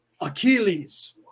Achilles